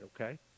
okay